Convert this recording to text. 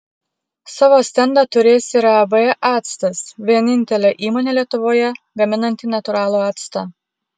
savo stendą turės ir ab actas vienintelė įmonė lietuvoje gaminanti natūralų actą